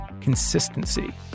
consistency